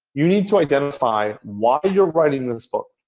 you need to identify why you're writing this book,